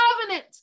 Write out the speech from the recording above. covenant